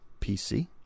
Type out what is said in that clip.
PC